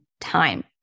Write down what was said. Time